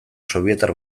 sobietar